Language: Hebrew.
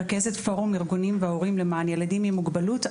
רכזת פורום ארגונים והורים למען ילדים עם מוגבלות.